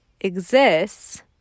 exists